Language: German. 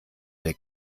der